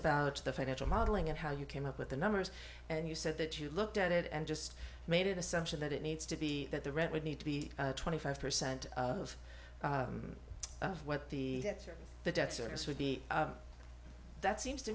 about the financial modeling and how you came up with the numbers and you said that you looked at it and just made an assumption that it needs to be that the rent would need to be twenty five percent of what the debt service would be that seems to